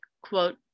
quote